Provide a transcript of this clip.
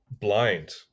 blind